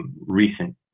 Recent